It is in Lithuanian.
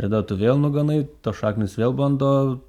tada tu vėl nuganai to šaknys vėl bando